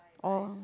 oh